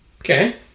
okay